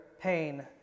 pain